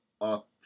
up